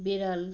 বিড়াল